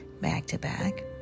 back-to-back